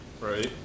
Right